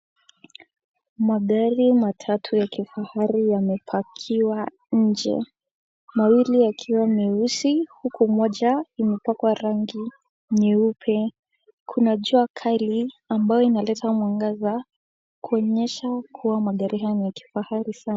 Magari matatu ya kifahari yamepakiwa nje. Mawili yakiwa meusi huku moja limepakwa rangi nyeupe. Kuna jua kali ambayo inaleta mwangaza kuonyesha kua magari hayo ni ya kifahari sana.